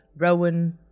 rowan